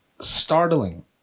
startling